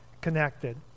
connected